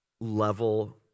level